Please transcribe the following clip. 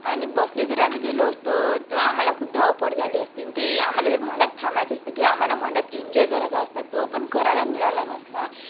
आणि बसने जर आम्ही गेलो असतो तर आम्हाला खूप धावपळ झाली असती ते आम्हाला जर मदात थांबायचं असतं किंवा आम्हाला मदात इन्जॉय करायचा असता तो पण करायला मिळाला नसता